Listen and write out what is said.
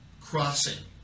crossing